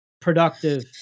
productive